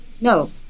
No